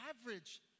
average